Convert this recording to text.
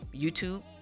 YouTube